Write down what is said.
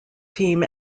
team